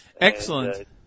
Excellent